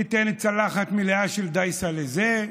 הוא ייתן צלחת מלאה של דייסה לזה,